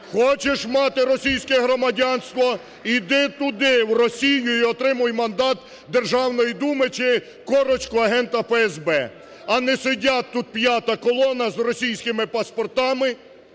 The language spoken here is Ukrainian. Хочеш мати російське громадянство – йди туди в Росію і отримуй мандат Державної Думи чи корочку агента ФСБ. А не сидять тут "п'ята колона" з російськими паспортами,